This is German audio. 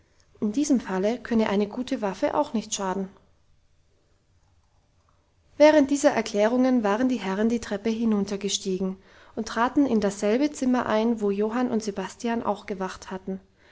herauswage in diesem falle könnte eine gute waffe auch nicht schaden während dieser erklärungen waren die herren die treppe hinuntergestiegen und traten in dasselbe zimmer ein wo johann und sebastian auch gewacht hatten